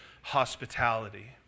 hospitality